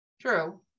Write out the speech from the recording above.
True